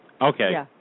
Okay